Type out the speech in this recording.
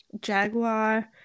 Jaguar